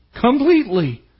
Completely